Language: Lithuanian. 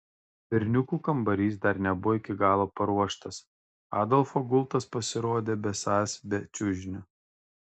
berniukų kambarys dar nebuvo iki galo paruoštas adolfo gultas pasirodė besąs be čiužinio